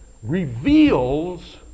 reveals